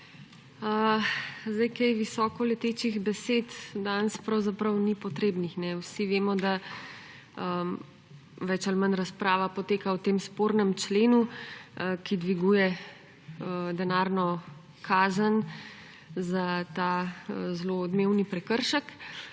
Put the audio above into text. vsem! Kaj visokoletečih besed danes pravzaprav ni potrebnih. Vsi vemo, da več ali manj razprava poteka o tem spornem členu, ki dviguje denarno kazen za ta zelo odmevni prekršek.